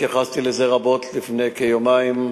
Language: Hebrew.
התייחסתי לזה רבות לפני כיומיים.